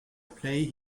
play